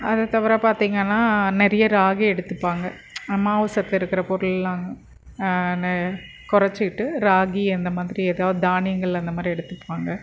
அதை தவிர பார்த்தீங்கன்னா நிறைய ராகி எடுத்துப்பாங்க மாவுசத்து இருக்கிற பொருளெலாம் ந குறைச்சிட்டு ராகி அந்த மாதிரி ஏதாவது தானியங்கள் அந்த மாதிரி எடுத்துப்பாங்க